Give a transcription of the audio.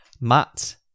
matt